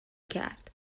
کرد